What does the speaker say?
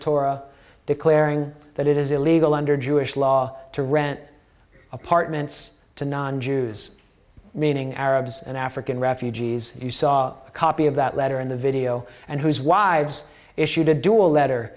torah declaring that it is illegal under jewish law to rent apartments to non jews meaning arabs and african refugees as you saw a copy of that letter in the video and whose wives issued a dual letter